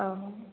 औ